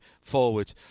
forward